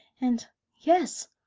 and yes,